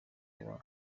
kuba